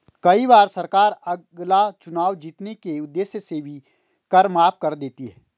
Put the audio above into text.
कई बार सरकार अगला चुनाव जीतने के उद्देश्य से भी कर माफ कर देती है